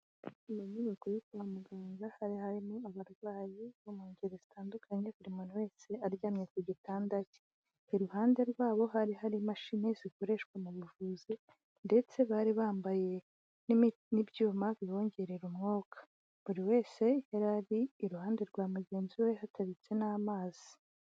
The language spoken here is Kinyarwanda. Iyo nyubako yo kwa muganga, hari harimo abarwayi, bo mu ngeri zitandukanye, buri muntu wese aryamye ku gitanda cye. Iruhande rwabo hari hari imashini zikoreshwa mu buvuzi, ndetse bari bambaye n'ibyuma, bibongerera umwuka. Buri wese yari ari iruhande rwa mugenzi we, hateretse n'amazi.